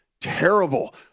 terrible